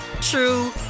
true